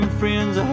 friends